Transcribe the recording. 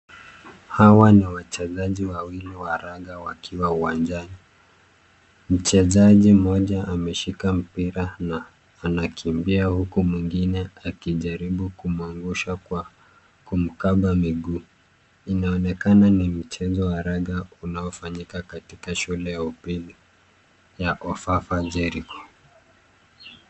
Hawa ni wachezaji wawili wa raga wakiwa uwanjani. Mchezaji mmoja ameshika mpira na anakimbia huku mwingine akijaribu kumwangusha kwa kumkaba miguu. Inaonekana ni mchezo wa raga unaofanyika katika shule ya upili ya Ofafa Jericho.